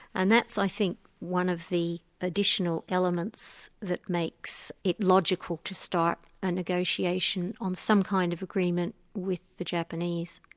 and that's i think one of the additional elements that makes it logical to start a negotiation on some kind of agreement with the japanese.